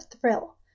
thrill